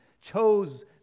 chose